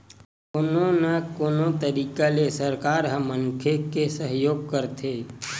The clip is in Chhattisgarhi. कोनो न कोनो तरिका ले सरकार ह मनखे के सहयोग करथे